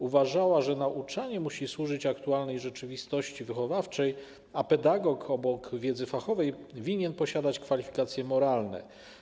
Uważała, że nauczanie musi służyć aktualnej rzeczywistości wychowawczej, a pedagog obok wiedzy fachowej winien posiadać kwalifikacje moralne.